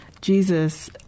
Jesus